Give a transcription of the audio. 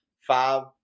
five